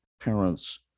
parents